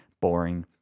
boring